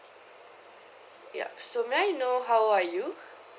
yup so may I know how old are you